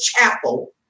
chapel